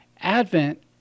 advent